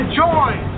join